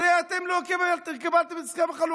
הרי אתם לא קיבלתם את הסכם החלוקה